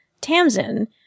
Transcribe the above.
Tamsin